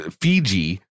fiji